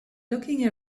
looking